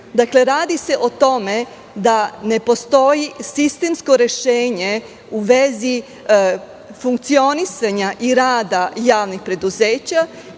dug. Radi se o tome da ne postoji sistemsko rešenje u vezi funkcionisanja i rada javnih preduzeća